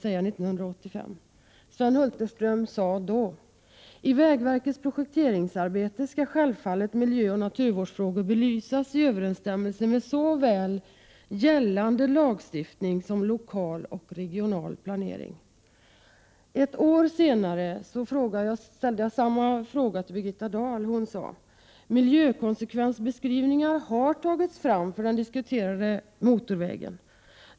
Då nyutnämnde statsrådet Sven Hulterström svarade: ”I vägverkets projekteringsarbete skall självfallet miljöoch naturvårdsfrågor belysas i överenstämmelse med såväl gällande lagstiftning som lokal och regional planering.” Ett år senare ställde jag samma fråga till Birgitta Dahl. Hon sade då: ”Miljökonsekvensbeskrivningar har tagits fram för den diskuterade motorvägen.